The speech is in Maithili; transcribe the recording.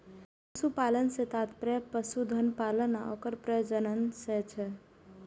पशुपालन सं तात्पर्य पशुधन पालन आ ओकर प्रजनन सं छै